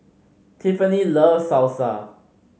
Tiffani loves Salsa